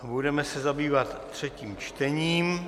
Budeme se zabývat třetím čtením.